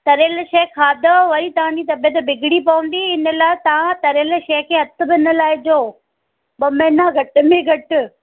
तरियल शइ खाधव वरी तव्हांजी तबियत बिगड़ी पवंदी हिन लाइ तव्हां तरियल शइ खे हथु बि न लाइजो ॿ महीना घटि में घटि